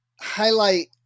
highlight